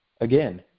again